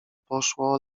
poszło